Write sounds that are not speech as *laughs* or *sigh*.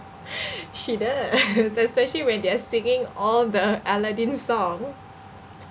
she does *laughs* especially when they're singing all the aladdin song